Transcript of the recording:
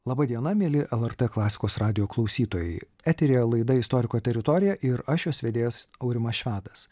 laba diena mieli lrt klasikos radijo klausytojai eteryje laida istoriko teritorija ir aš jos vedėjas aurimas švedas